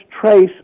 trace